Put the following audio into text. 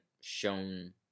shown